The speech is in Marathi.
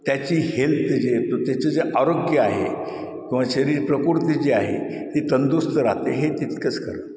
त्याची हेल्थ जे तो त्याचं जे आरोग्य आहे किंवा शरीर प्रकृती जी आहे ती तंदुरुस्त राहते हे तितकंच खरं